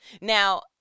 Now